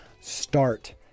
start